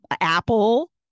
Apple